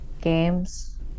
games